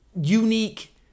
unique